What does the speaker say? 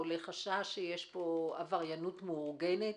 עולה חשש שיש פה עבריינות מאורגנת.